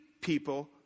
people